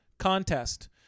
Contest